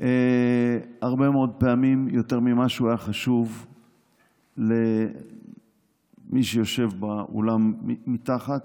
הרבה מאוד פעמים יותר ממה שהוא היה חשוב למי שיושב באולם מתחת.